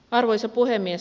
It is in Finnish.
arvoisa puhemies